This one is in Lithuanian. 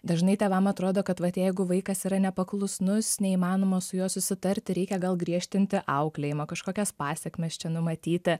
dažnai tėvam atrodo kad vat jeigu vaikas yra nepaklusnus neįmanoma su juo susitarti reikia gal griežtinti auklėjimą kažkokias pasekmes čia numatyti